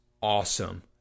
awesome